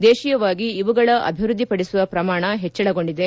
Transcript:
ದೇಶೀಯವಾಗಿ ಇವುಗಳ ಅಭಿವೃದ್ಧಿ ಪಡಿಸುವ ಪ್ರಮಾಣ ಹೆಚ್ಚಳಗೊಂಡಿದೆ